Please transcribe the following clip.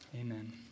amen